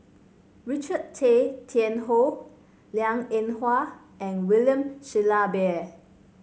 Richard Tay Tian Hoe Liang Eng Hwa and William Shellabear